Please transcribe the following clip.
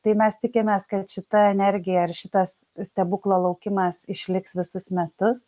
tai mes tikimės kad šita energija ir šitas stebuklo laukimas išliks visus metus